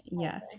Yes